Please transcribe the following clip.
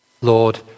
Lord